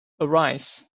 arise